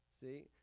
See